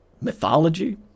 mythology